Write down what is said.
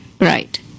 right